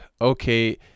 okay